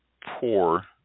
poor